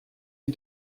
t’y